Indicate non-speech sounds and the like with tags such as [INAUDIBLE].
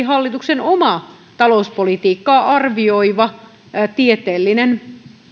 [UNINTELLIGIBLE] hallituksen oma talouspolitiikkaa arvioiva tieteellinen